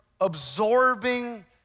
absorbing